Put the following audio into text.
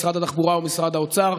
התעופה לבין משרד התחבורה ומשרד האוצר,